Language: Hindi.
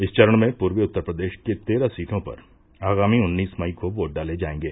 इस चरण में पूर्वी उत्तर प्रदेश के तेरह सीटों पर आगामी उन्नीस मई को वोट डाले जायेंगे